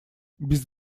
без